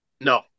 No